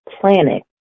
planet